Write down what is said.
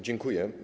Dziękuję.